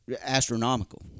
astronomical